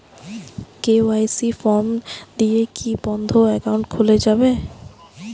KYC form দিয়ে কি বন্ধ একাউন্ট খুলে যাবে?